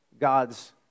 God's